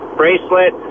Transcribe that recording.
bracelet